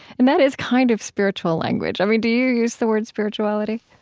and that is kind of spiritual language. i mean, do you use the word spirituality?